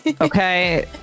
Okay